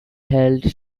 held